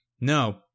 no